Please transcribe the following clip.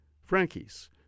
Frankie's